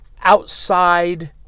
outside